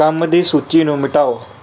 ਕੰਮ ਦੀ ਸੂਚੀ ਨੂੰ ਮਿਟਾਓ